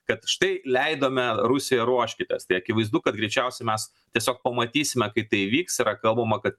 kad štai leidome rusija ruoškitės tai akivaizdu kad greičiausiai mes tiesiog pamatysime kai tai įvyks yra kalbama kad